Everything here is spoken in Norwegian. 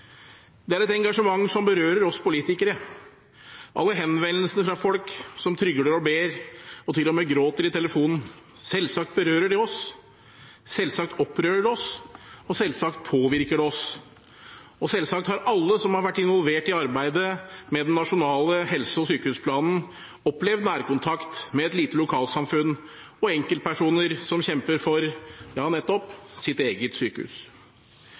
Det er et engasjement som berører oss politikere. Alle henvendelsene fra folk som trygler og ber, og til og med gråter i telefonen – selvsagt berører det oss, selvsagt opprører det oss, selvsagt påvirker det oss. Og selvsagt har alle som har vært involvert i arbeidet med den nasjonale helse- og sykehusplanen, opplevd nærkontakt med et lite lokalsamfunn og enkeltpersoner som kjemper for – ja, nettopp – sitt eget sykehus.